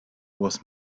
was